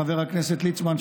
חבר הכנסת ליצמן,